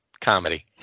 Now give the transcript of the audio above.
comedy